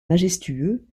majestueux